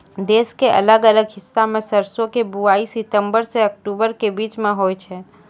देश के अलग अलग हिस्सा मॅ सरसों के बुआई सितंबर सॅ अक्टूबर के बीच मॅ होय छै